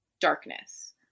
darkness